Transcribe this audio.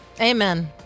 Amen